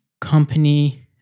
company